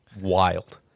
wild